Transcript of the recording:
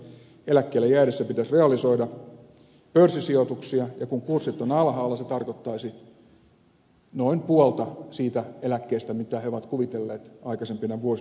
eläkkeelle jäädessä pitäisi realisoida pörssisijoituksia ja kun kurssit ovat alhaalla se tarkoittaisi noin puolta siitä eläkkeestä mitä he ovat kuvitelleet aikaisempina vuosina saavansa